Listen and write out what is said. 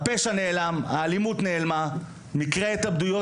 הפשע נעלם; האלימות נעלמה; מקרי ההתאבדויות